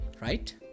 Right